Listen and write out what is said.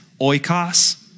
oikos